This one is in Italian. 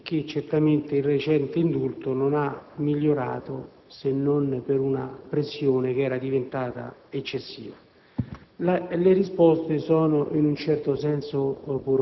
un complesso di interrogazioni nel quale veniva rappresentato un disagio rispetto alla criticità degli istituti penitenziari del Piemonte,